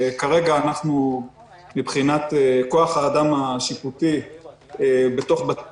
כרגע מבחינת כוח האדם השיפוטי בתוך בתי